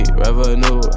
revenue